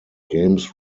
games